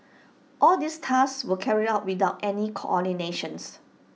all these tasks were carried out without any coordination